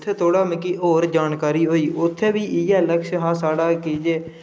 उत्थै थोह्ड़ा मिगी होर जानकारी होई उत्थै बी इ'यै लक्ष्य हा साढ़ा कीजे